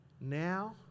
now